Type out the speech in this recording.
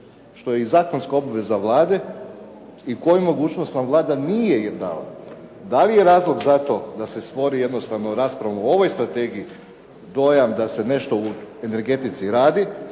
što je i zakonska obveza Vlade i koju mogućnost nam Vlada nije dala? Da li je razlog za to da se stvori raspravom u ovoj strategiji dojam da se nešto u energetici radi,